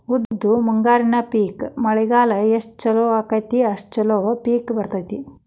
ಉದ್ದು ಮುಂಗಾರಿ ಪಿಕ್ ಮಳಿಗಾಲ ಎಷ್ಟ ಚಲೋ ಅಕೈತಿ ಅಷ್ಟ ಚಲೋ ಪಿಕ್ ಬರ್ತೈತಿ